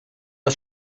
ist